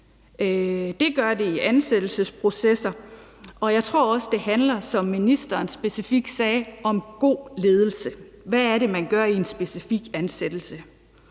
Det gør den i ansættelsesprocesser, og jeg tror også, at det, som ministeren specifikt sagde, handler om god ledelse. Hvad er det, man gør i en specifik ansættelse?